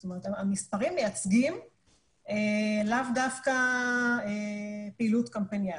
זאת אומרת המספרים מייצגים לאו דווקא פעילות קמפייניאלית.